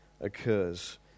occurs